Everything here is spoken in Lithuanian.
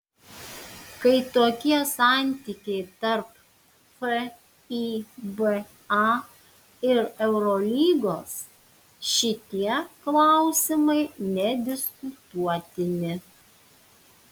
kai tokie santykiai tarp fiba ir eurolygos šitie klausimai nediskutuotini